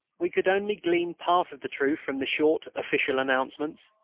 we could only glean part of the truth from the short official announcements.